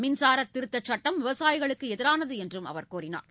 மின்சார திருத்த சட்டம் விவசாயிகளுக்கு எதிரானது என்றும் அவர் கூறினார்